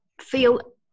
feel